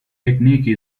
technique